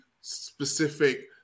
specific